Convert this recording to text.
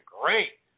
great